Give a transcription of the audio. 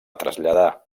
traslladar